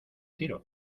tiro